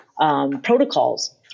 protocols